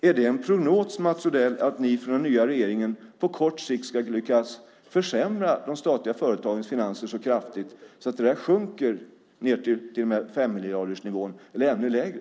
Är det en prognos, Mats Odell, att ni i den nya regeringen på kort sikt ska lyckas försämra de statliga företagens finanser så kraftigt att intäkterna sjunker till femmiljardersnivån eller ännu lägre?